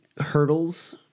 hurdles